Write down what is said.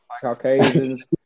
Caucasians